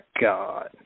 God